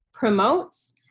Promotes